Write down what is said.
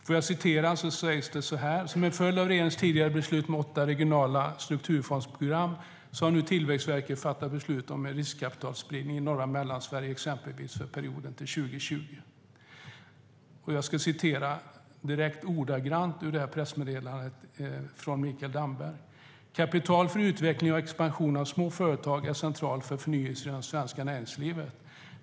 I pressmeddelandet står det: "Som en följd av regeringens tidigare beslut om åtta regionala strukturfondsprogram så har nu Tillväxtverket fattat beslut om en riskkapitalsatsning i Norra Mellansverige för perioden fram till 2020. - Kapital för utveckling och expansion av små företag är centralt för förnyelse i det svenska näringslivet.